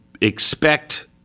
expect